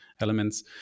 elements